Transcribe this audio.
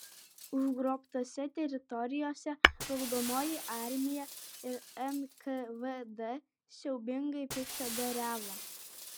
užgrobtose teritorijose raudonoji armija ir nkvd siaubingai piktadariavo